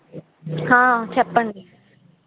చెప్పండి